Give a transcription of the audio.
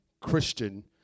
Christian